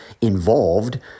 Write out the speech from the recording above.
involved